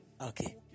Okay